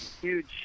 huge